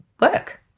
work